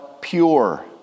pure